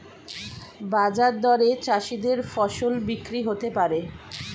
বাজার দরে চাষীদের ফসল বিক্রি হতে পারে